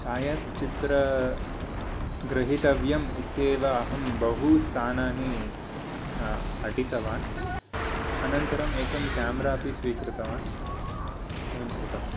छायाचित्रं गृहितव्यम् इत्येव अहं बहु स्थानानि अटितवान् अनन्तरं एकं क्यामेरा अपि स्वीकृतवान् एवं कृतवान्